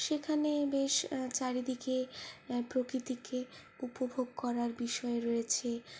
সেখানে বেশ চারিদিকে প্রকৃতিকে উপভোগ করার বিষয় রয়েছে